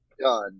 done